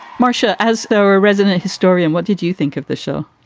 marcia, as our resident historian, what did you think of the show?